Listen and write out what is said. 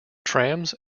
trams